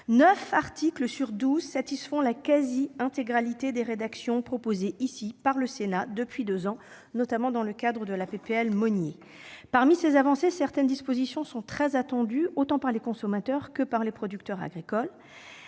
articles sur douze satisfont la quasi-intégralité des rédactions proposées par le Sénat, depuis deux ans, notamment par la proposition de loi de Mme Monier. Parmi ces avancées, certaines dispositions sont très attendues, tant par les consommateurs que par les producteurs agricoles.